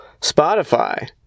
Spotify